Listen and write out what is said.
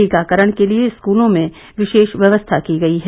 टीकाकरण के लिए स्कूलों में विशेष व्यवस्था की गयी है